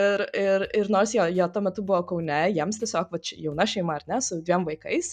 ir ir ir nors jo jie tuo metu buvo kaune jiems tiesiog vat jauna šeima ar ne su dviem vaikais